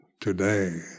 today